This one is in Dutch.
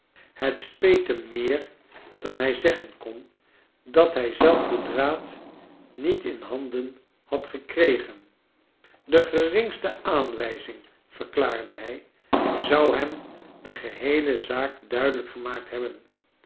het speet hem meer dan hij zeggen kon dat hij zelf den draad niet in handen had gekregen de geringste aan wij zing verklaarde hiy zou hem de geheele zaak duidelijk gemaakt hebben